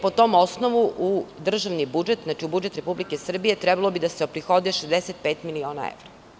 Po tom osnovu, u državni budžet, znači, u budžet Republike Srbije, trebalo bi da se oprihodi 65 miliona evra.